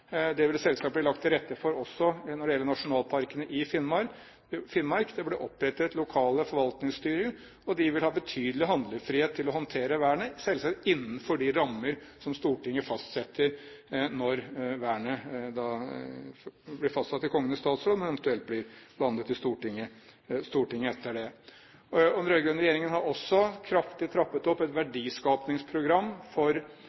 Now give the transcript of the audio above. Det vil det selvsagt bli lagt til rette for også når det gjelder nasjonalparkene i Finnmark. Det blir opprettet lokale forvaltningsstyrer, og de vil ha betydelig handlefrihet til å håndtere vernet, selvsagt innenfor de rammer som Stortinget fastsetter – og så til Kongen i statsråd. Den rød-grønne regjeringen har også kraftig trappet opp et verdiskapingsprogram for verneområdene. Det vil selvsagt også